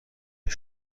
همش